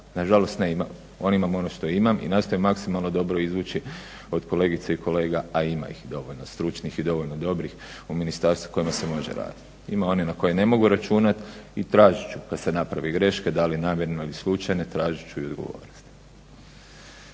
nažalost imam ono što imam i nastojim maksimalno dobro izvući od kolegice i kolega, a ima ih dovoljno stručnih i dovoljno dobrih u ministarstvu s kojima se može radit, ima onih na koje ne mogu računat i tražit ću da se napravi greška, da li namjerno il slučajno, tražit ću odgovornost.